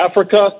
Africa